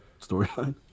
storyline